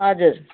हजुर